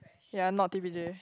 ya not T_P_J